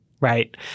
Right